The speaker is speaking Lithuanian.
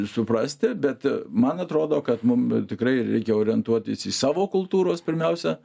suprasti bet man atrodo kad mum tikrai reikia orientuotis į savo kultūros pirmiausia